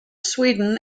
sweden